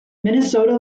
minnesota